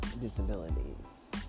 disabilities